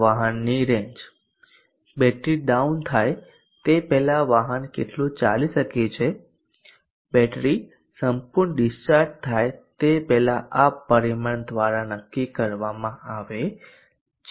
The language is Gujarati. વાહનની રેન્જ બેટરી ડાઉન થાય તે પહેલાં વાહન કેટલું ચાલી શકે છે બેટરી સંપૂર્ણ ડિસ્ચાર્જ થાય તે પહેલાં આ પરિમાણ દ્વારા નક્કી કરવામાં આવે છે